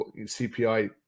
cpi